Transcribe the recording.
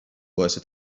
باعث